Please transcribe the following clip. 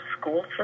school